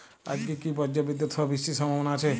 আজকে কি ব্রর্জবিদুৎ সহ বৃষ্টির সম্ভাবনা আছে?